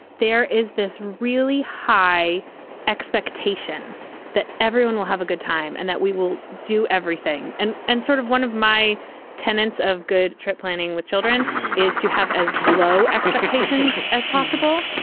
there is this really high expectation that everyone will have a good time and that we will do everything. and and sort of one of my tenants of good trip planning with children is to have as low expectations as possible.